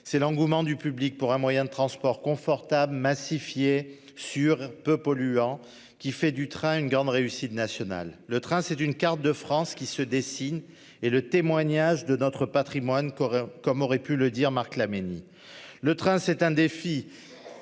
c'est l'engouement du public pour un moyen de transport confortable massifier sur peu polluant qui fait du train, une grande réussite nationale le train c'est une carte de France qui se dessine et le témoignage de notre Patrimoine coréen comme aurait pu le dire, Marc Laménie, le train, c'est un défi.